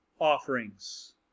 offerings